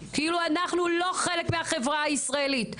כאילו אנחנו לא חלק מהחברה הישראלית,